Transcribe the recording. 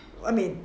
问你